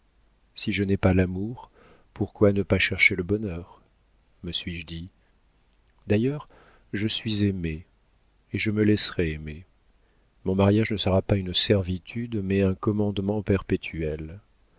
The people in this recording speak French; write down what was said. si je n'ai pas l'amour pourquoi ne pas chercher le bonheur me suis-je dit d'ailleurs je suis aimée et je me laisserai aimer mon mariage ne sera pas une servitude mais un commandement perpétuel